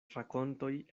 rakontoj